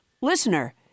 Listener